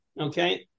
okay